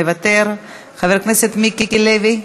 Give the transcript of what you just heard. מוותר, חבר הכנסת מיקי לוי,